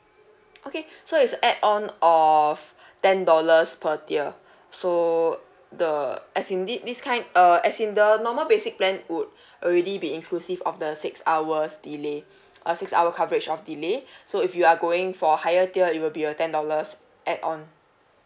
okay so it's a add on of ten dollars per tier so the as in thi~ this kind uh as in the normal basic plan would already be inclusive of the six hours delay uh six hour coverage of delay so if you are going for higher tier it will be a ten dollars add on